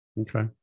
Okay